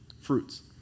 fruits